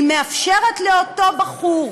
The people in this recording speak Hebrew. היא מאפשרת לאותו בחור,